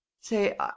Say